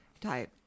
type